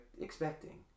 expecting